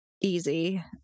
easy